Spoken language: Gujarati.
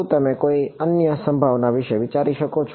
શું તમે કોઈ અન્ય સંભાવના વિશે વિચારી શકો છો